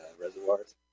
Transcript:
reservoirs